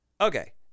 okay